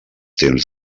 temps